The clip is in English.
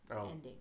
ending